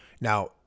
now